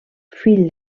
fill